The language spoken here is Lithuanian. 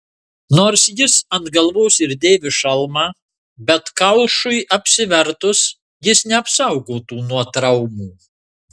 nors jis ant galvos ir dėvi šalmą bet kaušui apsivertus jis neapsaugotų nuo traumų